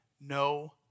no